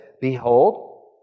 Behold